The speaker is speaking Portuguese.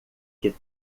que